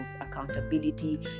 accountability